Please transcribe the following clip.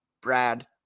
Brad